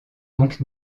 donc